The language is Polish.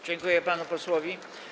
Dziękuję panu posłowi.